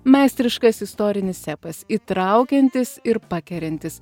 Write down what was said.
meistriškas istorinis epas įtraukiantis ir pakeriantis